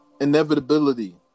inevitability